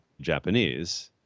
Japanese